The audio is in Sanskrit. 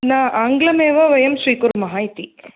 न आङ्ग्लमेव वयं स्वीकुर्मः इति